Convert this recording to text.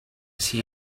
see